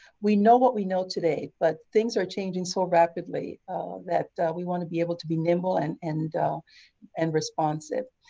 we know what we know today and but things are changing so rapidly that we want to be able to be nimble and and and responsive.